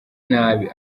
nabi